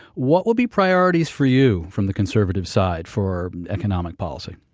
what will be priorities for you from the conservative side for economic policy?